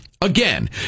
Again